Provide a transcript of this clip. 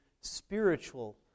spiritual